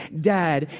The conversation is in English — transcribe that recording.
Dad